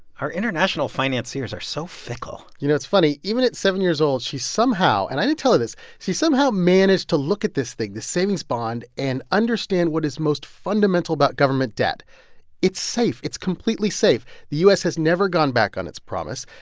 our international financiers are so fickle you know, it's funny. even at seven years old, she's somehow and i didn't tell her this she somehow managed to look at this thing this savings bond and understand what is most fundamental about government debt it's safe. it's completely safe. the u s. has never gone back on its promise.